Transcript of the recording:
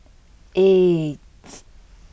eight